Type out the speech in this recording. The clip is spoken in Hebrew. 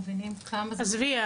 עזבי,